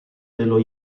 dello